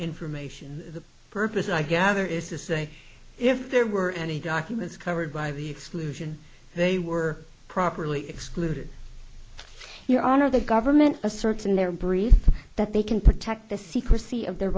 information the purpose i gather is to say if there were any documents covered by the exclusion they were properly excluded your honor the government asserts in their brief that they can protect the secrecy of their